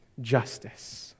justice